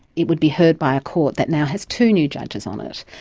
it would be heard by a court that now has two new judges on it,